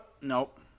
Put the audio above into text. nope